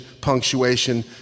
punctuation